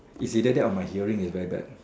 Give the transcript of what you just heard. if you let it on my hearing is very bad